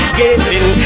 gazing